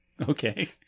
Okay